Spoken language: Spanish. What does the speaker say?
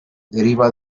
deriva